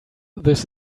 this